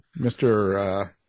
Mr